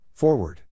Forward